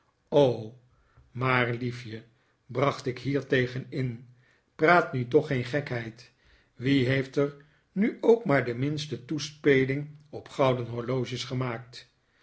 o maar liefje bracht ik hiertegen in praat nu toch geen gekheid wie heeft er nu ook maar de minste toespeling op gouden horloges gemaakt